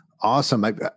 Awesome